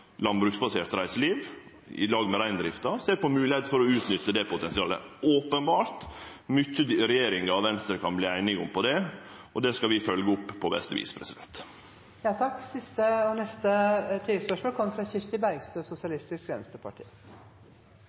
landbruksbasert reiseliv i lag med reindrifta, og ser på moglegheita for å utnytte det potensialet. Det er openbert mykje regjeringa og Venstre her kan verte einige om, og det skal vi følgje opp på beste vis.